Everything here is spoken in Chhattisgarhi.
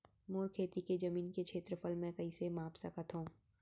मोर खेती के जमीन के क्षेत्रफल मैं कइसे माप सकत हो?